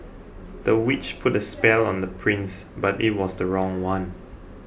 the witch put a spell on the prince but it was the wrong one